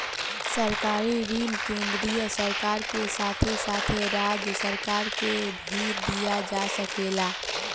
सरकारी ऋण केंद्रीय सरकार के साथे साथे राज्य सरकार के भी दिया सकेला